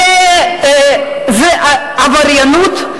זה עבריינות,